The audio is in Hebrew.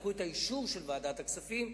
יצטרכו את האישור של ועדת הכספים,